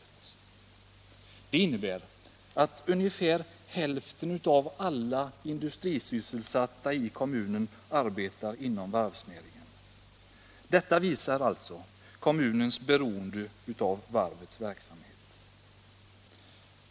Detta innebär att ungefär hälften av alla de industrisysselsatta i kommunen arbetar inom varvsnäringen. Detta visar kommunens beroende av varvets verksamhet.